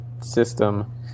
system